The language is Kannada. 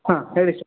ಹಾಂ ಹೇಳಿ ಸರ್